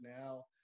now